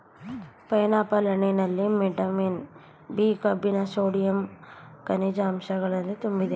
pineapple ಹಣ್ಣಿನಲ್ಲಿ vitamin B, ಕಬ್ಬಿಣ sodium, ಕನಿಜ ಅಂಶಗಳಿಂದ ತುಂಬಿದೆ